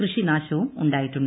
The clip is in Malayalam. കൃഷി നാശവും ഉണ്ടായിട്ടുണ്ട്